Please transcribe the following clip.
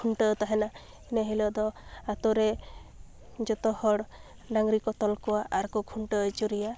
ᱠᱷᱩᱸᱴᱟᱹᱣ ᱛᱟᱦᱮᱱᱟ ᱤᱱᱟᱹ ᱦᱤᱞᱚᱜᱫᱚ ᱟᱛᱳ ᱨᱮ ᱡᱚᱛᱚᱦᱚᱲ ᱰᱟᱹᱝᱨᱤ ᱠᱚ ᱛᱚᱞ ᱠᱚᱣᱟ ᱟᱨᱠᱚ ᱠᱷᱩᱸᱴᱟᱹᱣ ᱟᱹᱪᱩᱨᱮᱭᱟ